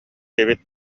эбит